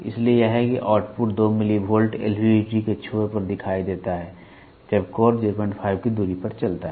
इसलिए यह है कि आउटपुट 2 मिलीवोल्ट LVDT के छोर पर दिखाई देता है जब कोर 05 की दूरी पर चलता है